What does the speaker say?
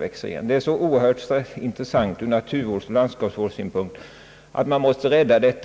växer igen, ty det är så intressant ur landskapsoch naturvårdssynpunkt att det måste räddas.